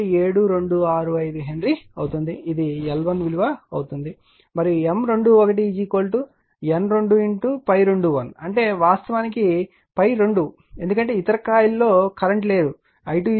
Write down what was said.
7265 henry అవుతుంది ఇది L1 విలువ అవుతుంది మరియు M21 N2 ∅21 అంటే వాస్తవానికి ∅2 ఎందుకంటే ఇతర కాయిల్లో కరెంట్ లేదు i2 0